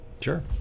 Sure